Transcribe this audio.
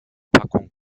packung